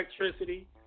electricity